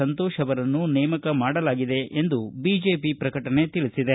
ಸಂತೋಷ್ ಅವರನ್ನು ನೇಮಕ ಮಾಡಲಾಗಿದೆ ಎಂದು ಬಿಜೆಪಿ ಪ್ರಕಟಣೆ ತಿಳಿಸಿದೆ